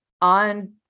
on